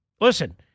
listen